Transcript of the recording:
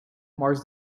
marks